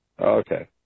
Okay